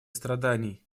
страданий